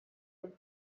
would